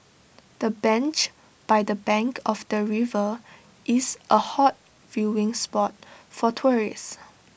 the bench by the bank of the river is A hot viewing spot for tourists